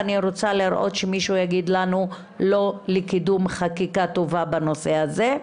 אני רוצה לראות שמישהו יגיד לנו לא לקידום חקיקה טובה בנושא הזה.